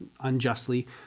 unjustly